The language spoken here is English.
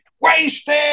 Wasted